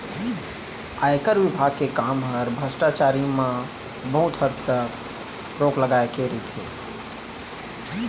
आयकर विभाग के काम हर भस्टाचारी म बहुत हद तक रोक लगाए के रइथे